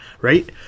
Right